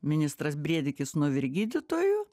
ministras brėdikis nuo vyr gydytojo